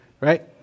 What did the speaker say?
right